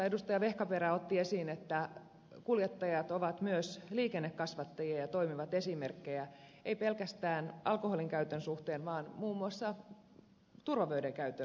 vehkaperä otti esiin että kuljettajat ovat myös liikennekasvattajia ja toimivat esimerkkeinä ei pelkästään alkoholin käytön suhteen vaan muun muassa turvavöiden käytön suhteen